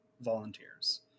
volunteers